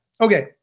Okay